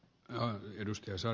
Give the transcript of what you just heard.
sarkomaa